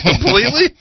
completely